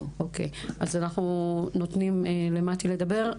אנחנו נותנים למטי לדבר.